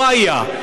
לא היה.